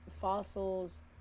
fossils